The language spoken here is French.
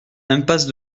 impasse